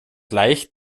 leicht